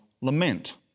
lament